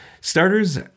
starters